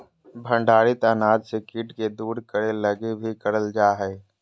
भंडारित अनाज से कीट के दूर करे लगी भी करल जा हइ